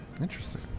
interesting